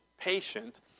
patient